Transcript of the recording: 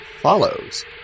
follows